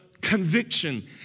conviction